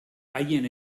haien